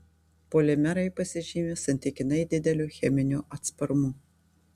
polimerai pasižymi santykinai dideliu cheminiu atsparumu